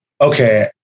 okay